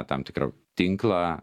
tam tikrą tinklą